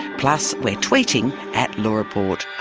plus, we're tweeting at lawreportrn